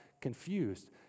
confused